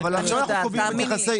אני יודעת, תאמיני לי.